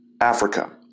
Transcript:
Africa